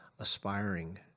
aspiring